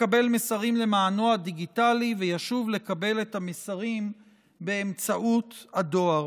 לקבל מסרים למענו הדיגיטלי וישוב לקבל את המסרים באמצעות הדואר.